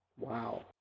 Wow